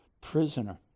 prisoner